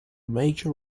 major